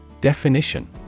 Definition